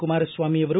ಕುಮಾರಸ್ವಾಮಿಯವರು